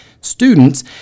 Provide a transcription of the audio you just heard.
students